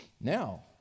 now